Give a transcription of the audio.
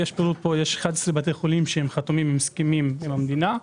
יש 11 בתי חולים שחתומים על הסכמים עם המדינה,